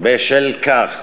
בשל כך.